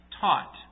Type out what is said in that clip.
taught